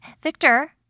Victor